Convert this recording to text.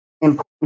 important